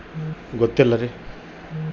ಮೆಣಸಿನಕಾಯಿಗೆ ಬೆಂಕಿ ರೋಗ ಯಾವ ಕಾರಣದಿಂದ ಬರುತ್ತದೆ?